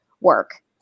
work